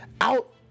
out